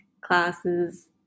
classes